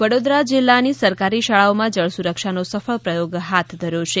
જળ સુરક્ષા વડોદરા જિલ્લાની સરકારી શાળાઓમાં જળ સુરક્શાનો સફળ પ્રયોગ હાથ ધર્યો છે